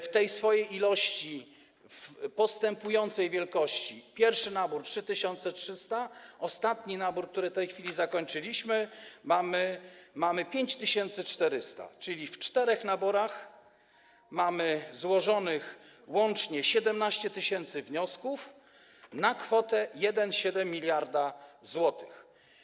W tej swojej ilości, w postępującej wielkości: pierwszy nabór to 3300, ostatni nabór, który w tej chwili zakończyliśmy, to 5400, czyli w czterech naborach mamy złożonych łącznie 17 tys. wniosków na kwotę 1,7 mld zł.